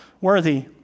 worthy